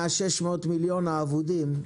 הלקח מה-600 מיליון האבודים,